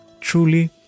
truly